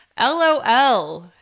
LOL